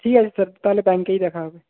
ঠিক আছে স্যার তাহলে ব্যাঙ্কেই দেখা হবে